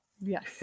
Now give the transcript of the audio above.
Yes